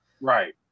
Right